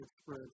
spread